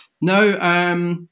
No